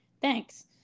Thanks